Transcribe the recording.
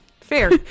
fair